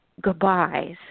goodbyes